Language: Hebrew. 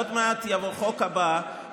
עוד מעט יבוא החוק הבא,